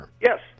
Yes